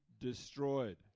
destroyed